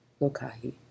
lokahi